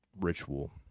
ritual